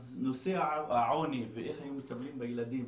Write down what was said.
אז נושא העוני ואיך היינו מטפלים בילדים,